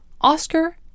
Oscar